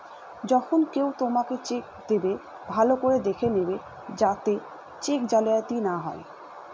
যখন কেউ তোমাকে চেক দেবে, ভালো করে দেখে নেবে যাতে চেক জালিয়াতি না হয়